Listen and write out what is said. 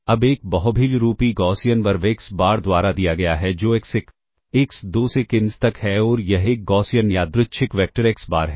अब एक बहुभिन्नरूपी गौसियन RV एक्स बार द्वारा दिया गया है जो x1 x2 से xn तक है और यह एक गौसियन यादृच्छिक वेक्टर एक्स बार है